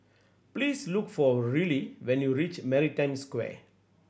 please look for Rillie when you reach Maritime Square